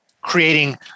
creating